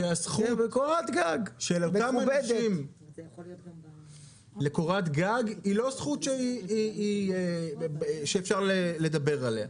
מסכימים שהזכות של אותם אנשים לקורת גג היא לא זכות שאפשר לדבר עליה.